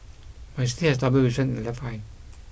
but he still has double vision in the left eye